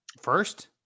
First